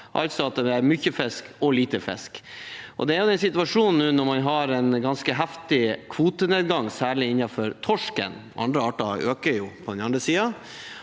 altså at det er mye fisk og lite fisk. Det er situasjonen nå, når man har en ganske heftig kvotenedgang, særlig når det gjelder torsk, mens andre arter øker på den andre siden.